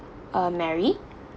uh mary